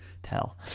Tell